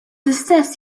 istess